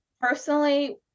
personally